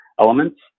elements